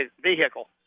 vehicle